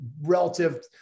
relative